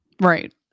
Right